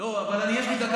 יש לי שאלה מקצועית,